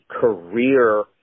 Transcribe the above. career